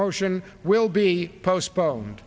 motion will be postpone